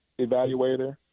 evaluator